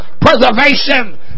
preservation